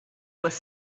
was